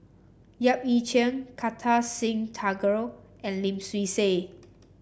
Yap Ee Chian Kartar Singh Thakral and Lim Swee Say